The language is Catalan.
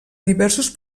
diversos